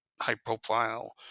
high-profile